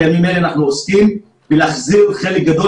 בימים אלה אנחנו עוסקים בלהחזיר חלק גדול